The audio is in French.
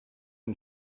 une